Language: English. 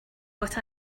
what